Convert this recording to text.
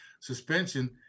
suspension